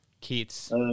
Keith